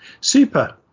super